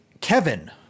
Kevin